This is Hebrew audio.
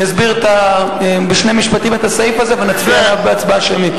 יסביר בשני משפטים את הסעיף הזה ונצביע עליו בהצבעה שמית.